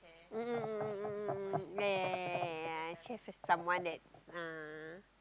mm mm mm mm mm mm yea yea yea yea yea she have a someone that uh